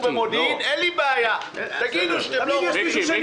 אין לי בעיה, תגידו שאתם לא רוצים.